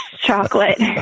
chocolate